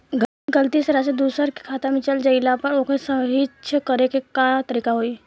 गलती से राशि दूसर के खाता में चल जइला पर ओके सहीक्ष करे के का तरीका होई?